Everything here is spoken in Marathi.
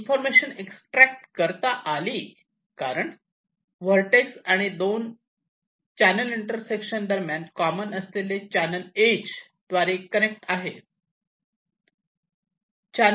इन्फॉर्मेशन एक्सट्रॅक्ट करता आले कारण व्हर्टेक्स आणि 2 चॅनल इंटरसेक्शन दरम्यान कॉमन असलेले चॅनल इज द्वारे कनेक्ट आहे